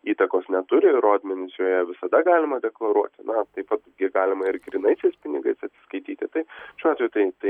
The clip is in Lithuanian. įtakos neturi ir rodmenis joje visada galima deklaruoti na taip pat gi galima ir grynaisiais pinigais atsiskaityti tai šiuo atveju tai tai